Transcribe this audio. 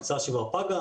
ההקצאה שלו פגה.